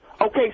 Okay